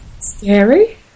scary